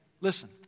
Listen